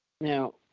now